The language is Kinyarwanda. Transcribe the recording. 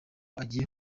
agiye